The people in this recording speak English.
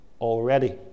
already